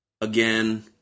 Again